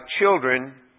children